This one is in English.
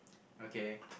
okay